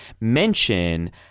mention